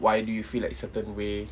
why do you feel like certain way